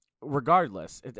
Regardless